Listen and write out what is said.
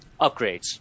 upgrades